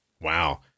Wow